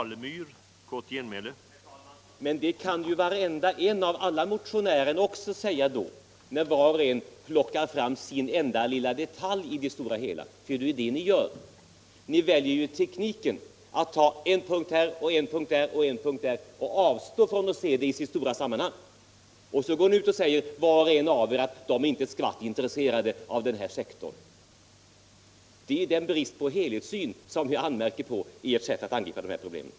Herr talman! Så kan ju alla motionärer säga när de var och en plockar fram sin enda lilla detalj i det stora hela, för det är ju vad ni gör. Ni väljer tekniken att ta en punkt här och en punkt där men avstår från att se det i dess stora sammanhang. Så går vi var och en av er ut och säger att vi inte är ett skvatt intresserade av den eller den sektorn. Det är bristen på helhetssyn som jag anmärker på i ert sätt att angripa dessa problem.